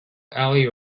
ali